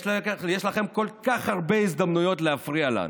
יש לכם כל כך הרבה הזדמנויות להפריע לנו,